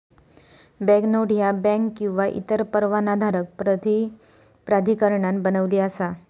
banknote ह्या bank किंवा इतर परवानाधारक प्राधिकरणान बनविली असा